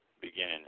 beginning